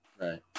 Right